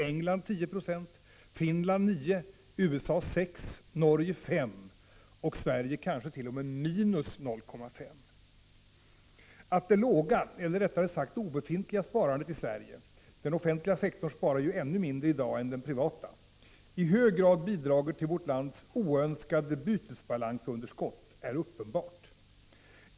Ett kinesiskt ordspråk säger, att ”även en lång resa börjar | P Prot. 1985/86:54 Att det låga, eller rättare sagt obefintliga, sparandet i Sverige — den 17 december 1985 offentliga sektorn sparar ju ännu mindre i dag än den privata — i hög grad Ändina rs sla bidrar till vårt lands oönskade bytesbalansunderskott är uppenbart.